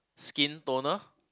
skin toner